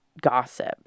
gossip